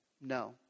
No